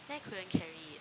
then I couldn't carry it